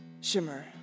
Shimmer